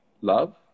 love